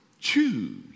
choose